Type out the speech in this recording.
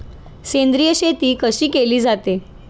सेंद्रिय शेती कशी केली जाते?